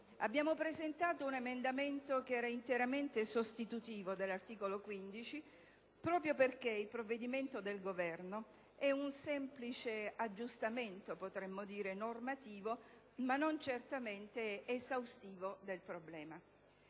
Abbiamo presentato un emendamento che era interamente sostitutivo dell'articolo 15 proprio perché il provvedimento del Governo è un semplice aggiustamento normativo e non una risposta esaustiva al problema.